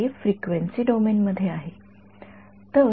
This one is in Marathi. हे फ्रिक्वेन्सी डोमेन मध्ये आहे